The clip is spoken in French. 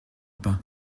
pas